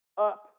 up